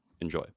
enjoy